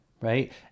right